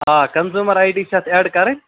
آ consumer I D چھِ اَتھ ایڈ کَرٕنۍ